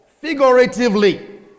figuratively